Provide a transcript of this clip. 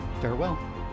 Farewell